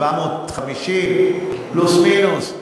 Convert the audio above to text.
750 פלוס מינוס?